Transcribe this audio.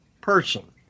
person